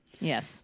Yes